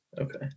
Okay